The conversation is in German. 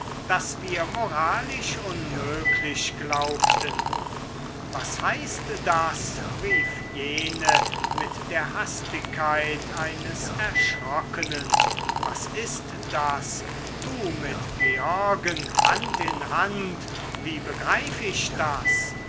das wir moralisch unmöglich glaubten was heißt das rief jene mit der hastigkeit eines erschrockenen was ist das du mit georgen hand in hand wie begreif ich das